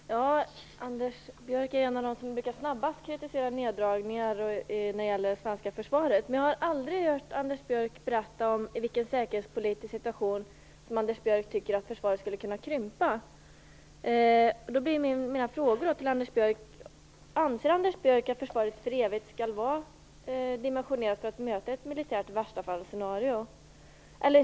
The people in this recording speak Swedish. Fru talman! Anders Björck är en av dem som snabbast brukar kritisera neddragningar i det svenska försvaret, men jag har aldrig hört honom berätta i vilken säkerhetspolitisk situation han tycker att försvaret skulle kunna krympa. Mina frågor till Anders Björck är följande: Anser han att försvaret för evigt skall vara dimensionerat för att möta ett militärt i-värsta-fall-scenario?